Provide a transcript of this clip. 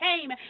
came